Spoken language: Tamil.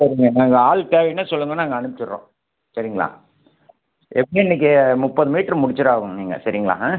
சரிங்க நாங்கள் ஆள் தேவைன்னா சொல்லுங்கள் நாங்கள் அனுப்ச்சுவிட்றோம் சரிங்களா எப்படியும் இன்னைக்கி முப்பது மீட்ரு முடிச்சுதான் ஆகணும் நீங்கள் சரிங்களா ஆ